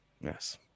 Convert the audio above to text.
Yes